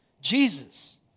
Jesus